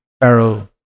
Pharaoh